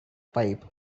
pipe